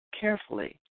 carefully